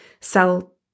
sell